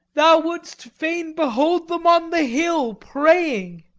thou wouldst fain behold them on the hill praying!